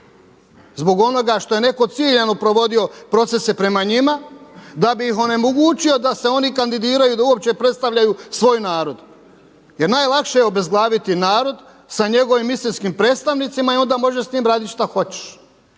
zbog onoga što je netko ciljano provodio procese prema njima, da bi ih onemogućio da se oni kandidiraju, da uopće predstavljaju svoj narod. Jer najlakše je obezglaviti narod sa njegovim istinskim predstavnicima i onda može sa njim radit šta hoćeš.